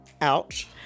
ouch